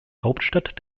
hauptstadt